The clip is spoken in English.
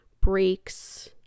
breaks